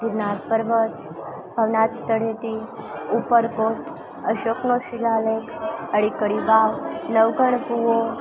ગીરનાર પર્વત ભવનાથ તળેટી ઉપરકોટ અશોકનો શિલાલેખ અડીકડી વાવ નવઘણ કૂવો